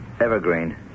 Evergreen